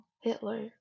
Hitler